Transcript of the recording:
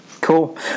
Cool